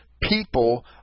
people